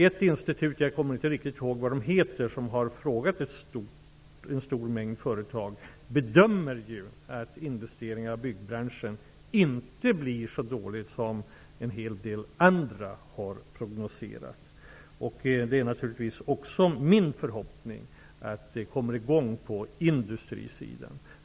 Ett institut -- jag kommer inte ihåg dess namn -- som har tillfrågat en stor mängd företag bedömer att investeringsutvecklingen inom byggbranschen inte blir så dålig som en del andra har prognoserat. Det är naturligtvis också min förhoppning att utvecklingen kommer i gång på industrisidan.